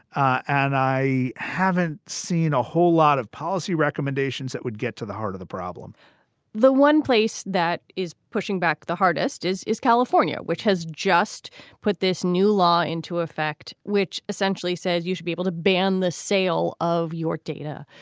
and i haven't seen a whole lot of policy recommendations that would get to the heart of the problem the one place that is pushing back the hardest is is california, which has just put this new law into effect, which essentially says you should be able to ban the sale of your data.